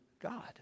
God